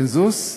בקונסנזוס.